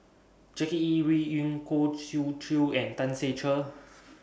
Jackie Yi Ru Ying Khoo Swee Chiow and Tan Ser Cher